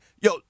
Yo